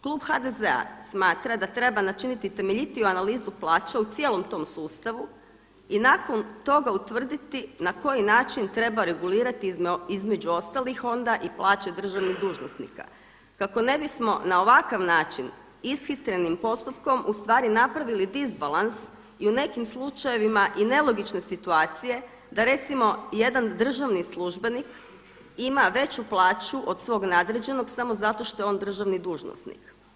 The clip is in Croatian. Klub HDZ-a smatra da treba načiniti temeljitiju analizu plaća u cijelom tom sustavu i nakon toga utvrditi na koji način treba regulirati između ostalih onda i plaće državnih dužnosnika kako ne bismo na ovakav način ishitrenim postupkom ustvari napravili disbalans i u nekim slučajevima i nelogične situacije da recimo jedan državni službenik ima veću plaću od svog nadređenog samo zato što je on državni dužnosnik.